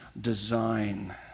design